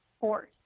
force